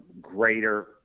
greater